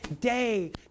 day